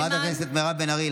חבר הכנסת עמית הלוי.